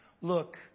look